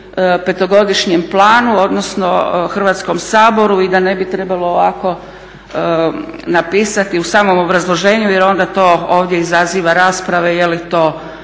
petogodišnjem planu odnosno Hrvatskom saboru i da ne bi trebalo ovako napisati u samom obrazloženju jer onda to ovdje izaziva rasprave je li to